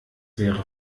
wäre